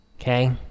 Okay